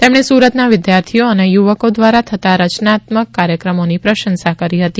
તેમણે સુરતના વિદ્યાર્થીઓ અને યુવકો દ્વારા થતાં રચનાત્મક કાર્યક્રમોની પ્રશંસા કરી હતી